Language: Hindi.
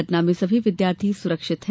घटना में सभी विद्यार्थी सुरक्षित हैं